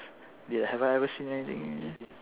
have I ever seen anything